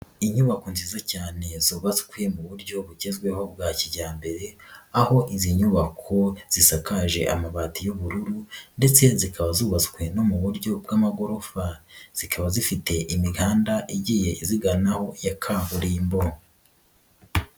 Inyubako nziza cyane zubatswe mu buryo bugezweho bwa kijyambere, aho izi nyubako zisakaje amabati y'ubururu ndetse zikaba zubatswe no mu buryo bw'amagorofa, zikaba zifite imihanda igiye iziganaho ya kaburimbo.